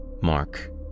Mark